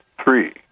three